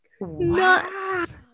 nuts